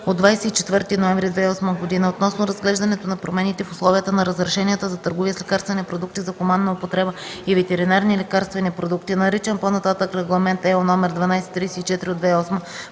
от 24 ноември 2008 г. относно разглеждането на промените в условията на разрешенията за търговия с лекарствени продукти за хуманна употреба и ветеринарни лекарствени продукти (OB, L 334/7 от 12 декември 2008